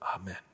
Amen